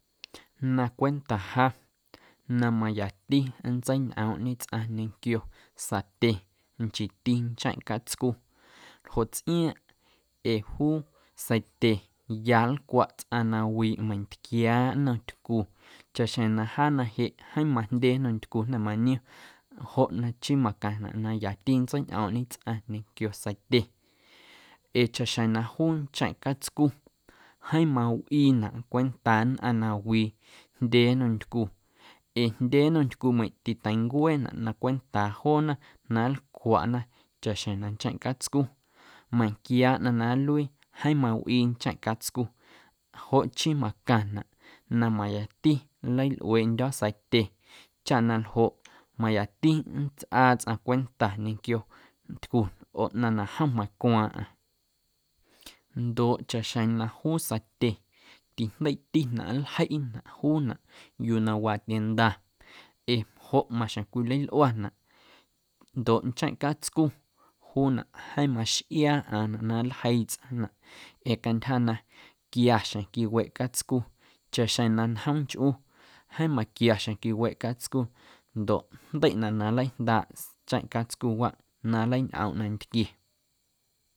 Na cwenta ja na mayati nntseiñꞌoomꞌñe tsꞌaⁿ ñequio satye nchiiti ncheⁿ catscu ljoꞌ tsꞌiaaⁿꞌ ee ju seitye ya nlcwaꞌ tsꞌaⁿ na wiiꞌ meiⁿntquia nnom tycu chaꞌxjeⁿ na jaa na jeꞌ jeeⁿ majndye nnom ntycu jnda̱ maniom joꞌ na chii macaⁿnaꞌ na yati nntseiñꞌoomꞌñe tsꞌaⁿ ñequio seitye ee chaꞌxjeⁿ na juu ncheⁿꞌ catscu jeeⁿ mawꞌiinaꞌ cwentaa nnꞌaⁿ na wii jndye nnom ntycu ee jndye nnom ntycumeiⁿꞌ titeincueenaꞌ na cwentaa joona na nlcwaꞌna chaꞌxjeⁿ na ncheⁿ catscu meiⁿnquia ꞌnaⁿ na luii jeeⁿ mawꞌii ncheⁿꞌ catscu joꞌ chii macaⁿnaꞌ na mayati nleilꞌueeꞌndyo̱ seitye chaꞌ na ljoꞌ mayati nntsꞌaa tsꞌaⁿ cwenta ñequio ntycu oo ꞌnaⁿ na jom macwaaⁿꞌaⁿ ndoꞌ chaꞌxjeⁿ na juu satye tijndeiꞌtinaꞌ nljeiꞌ juunaꞌ yuu na waa tienda ee joꞌ maxjeⁿ cwilalꞌuanaꞌ ndoꞌ ncheⁿꞌ catscu juunaꞌ jeeⁿ maxꞌiaa ꞌaaⁿnaꞌ na nljeii tsꞌaⁿnaꞌ ee cantyja na quiaxjeⁿ quiweꞌ catscu chaꞌxjeⁿ na njoomnchꞌu jeeⁿ maquiaxjeⁿ quiweꞌ catscu ndoꞌ jndeiꞌnaꞌ na nlajndaaꞌ ncheⁿꞌ catscuwaꞌ na nlañꞌoomꞌ nantquie.